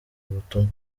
butumwa